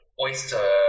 oyster